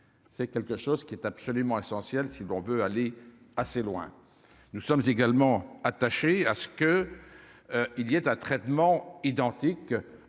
c'est quelque chose qui est absolument essentiel si l'on veut aller assez loin, nous sommes également attachés à ce que il y ait un traitement identique